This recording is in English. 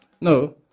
No